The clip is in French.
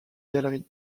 galerie